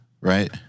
right